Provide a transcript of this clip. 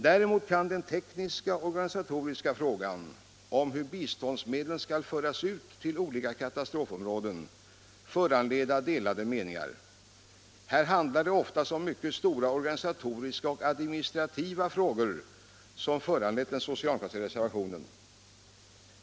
Däremot kan den tekniska och organisatoriska frågan om hur biståndsmedlen skall föras ut till olika katastrofområden föranleda delade meningar. Här handlar det oftast om mycket stora or ganisatoriska och administrativa frågor, som gör den socialdemokratiska reservationen så angelägen.